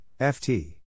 FT